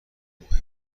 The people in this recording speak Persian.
بود